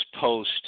post